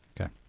Okay